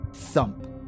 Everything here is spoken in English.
Thump